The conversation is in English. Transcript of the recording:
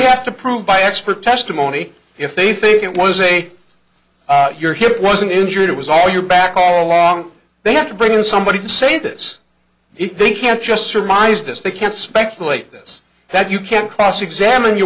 have to prove by expert testimony if they think it was a your hip wasn't injured it was all your back all along they have to bring in somebody to say this he thinks can't just surmise this they can speculate this that you can't cross examine your